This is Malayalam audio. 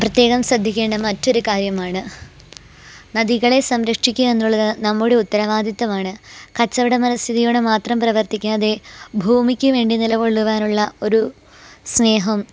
പ്രത്യേകം ശ്രദ്ധിക്കേണ്ട മറ്റൊരു കാര്യമാണ് നദികളെ സംരക്ഷിക്കുക എന്നുള്ളത് നമ്മുടെ ഉത്തരവാദിത്തമാണ് കച്ചവടമനസ്ഥിതിയോടെ മാത്രം പ്രവർത്തിക്കാതെ ഭൂമിക്ക് വേണ്ടി നിലകൊള്ളുവാനുള്ള ഒരു സ്നേഹം